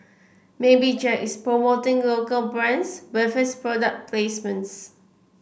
maybe Jack is promoting local brands with his product placements